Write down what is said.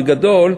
בגדול,